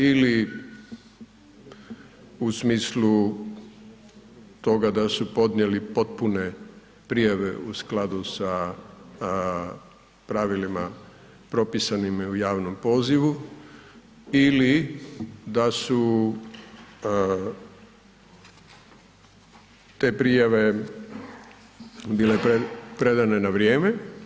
Ili u smislu toga da su podnijeli potpune prijave u skladu sa pravilima propisanim u javnom pozivu ili da su te prijave bile predane na vrijeme.